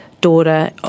daughter